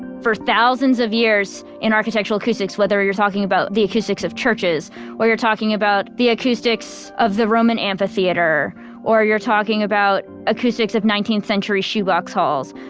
for thousands of years in architectural acoustics, whether you're talking about the acoustics of churches or you're talking about the acoustics of the roman amphitheater or you're talking about acoustics of nineteenth century shoebox halls,